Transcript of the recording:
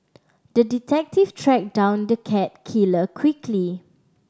the detective tracked down the cat killer quickly